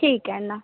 ठीके अन